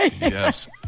Yes